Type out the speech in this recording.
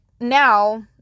now